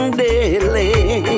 daily